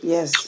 Yes